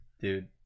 Dude